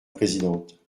présidente